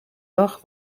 dag